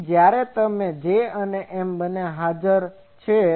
તેથી જ્યારે J અને M બંને હાજર છે